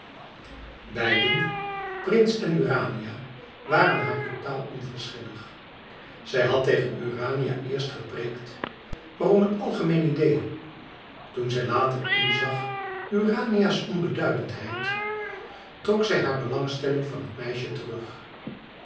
beiden prins en urania waren haar totaal onverschillig zij had tegen urania eerst wel gepreekt maar om een algemeen idee toen zij later inzag urania's onbeduidendheid trok zij hare belangstelling van het meisje terug